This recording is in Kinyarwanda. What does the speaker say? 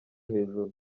hejuru